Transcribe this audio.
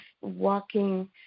walking